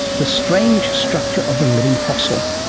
the strange structure of a living fossil